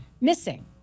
missing